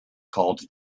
called